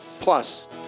plus